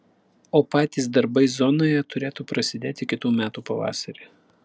o patys darbai zonoje turėtų prasidėti kitų metų pavasarį